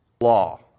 law